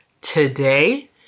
today